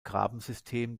grabensystem